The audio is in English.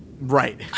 Right